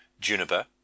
juniper